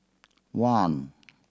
one